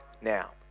now